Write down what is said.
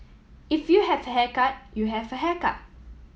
if you have a haircut you have a haircut